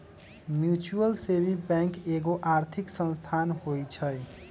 mutual saving bank एगो आर्थिक संस्थान होइ छइ